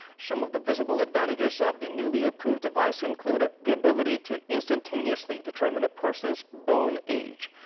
some of the visible advantages of the newly approved device include ah the ability to instantaneously determine a person's bone age.